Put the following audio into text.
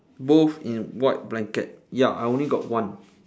both in white blanket ya I only got one